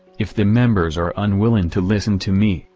if the members are unwilling to listen to me,